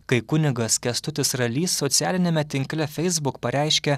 kai kunigas kęstutis ralys socialiniame tinkle feisbuk pareiškė